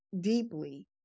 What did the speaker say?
deeply